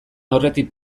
aurretik